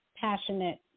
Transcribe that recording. passionate